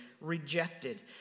rejected